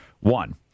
One